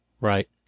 Right